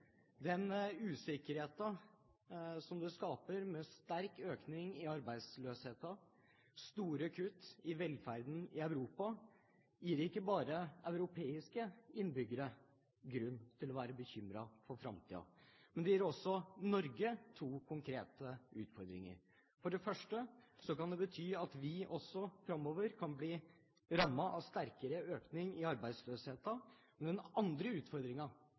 Den usikkerheten som skapes, med sterk økning i arbeidsløsheten og store kutt i velferden i Europa, gir ikke bare europeiske innbyggere grunn til å være bekymret for framtiden. Det gir også Norge to konkrete utfordringer. For det første kan det bety at vi også framover kan bli rammet av en sterkere økning i arbeidsløsheten, og den andre